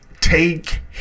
take